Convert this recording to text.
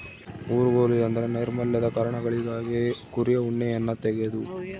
ಊರುಗೋಲು ಎಂದ್ರ ನೈರ್ಮಲ್ಯದ ಕಾರಣಗಳಿಗಾಗಿ ಕುರಿಯ ಉಣ್ಣೆಯನ್ನ ತೆಗೆದು